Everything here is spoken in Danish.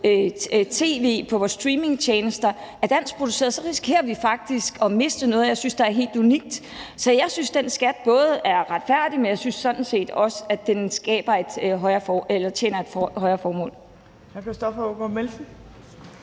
tv- og streamingtjenester, er danskproducerede, så risikerer vi faktisk at miste noget, som jeg synes er helt unikt. Så jeg synes, at den skat er både retfærdig, men sådan set også tjener et højere formål.